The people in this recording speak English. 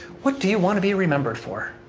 what do you want to be remembered for?